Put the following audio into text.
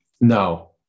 No